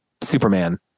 Superman